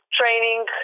training